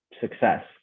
success